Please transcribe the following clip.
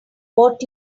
what